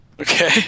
Okay